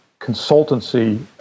consultancy